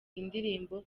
indirimbo